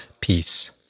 peace